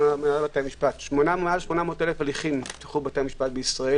מהנהלת בתי המשפט מעל 800,000 הליכים נפתחו בבתי המשפט בישראל.